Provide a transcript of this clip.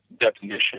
definition